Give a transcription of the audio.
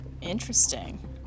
Interesting